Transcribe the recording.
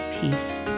peace